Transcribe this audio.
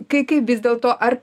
kai kaip vis dėlto ar